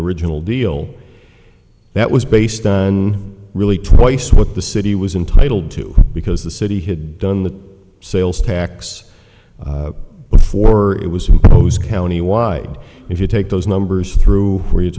original deal that was based on really twice what the city was entitled to because the city had done the sales tax before it was imposed countywide if you take those numbers through where you